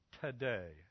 today